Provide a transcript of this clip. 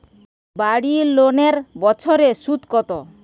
বাড়ি লোনের বছরে সুদ কত?